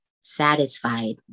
satisfied